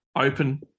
open